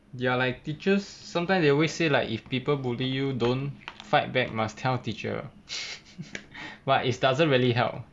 ya like teachers sometimes they always say like if people bully you don't fight back must tell teacher but is doesn't really help